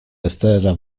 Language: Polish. estera